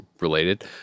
related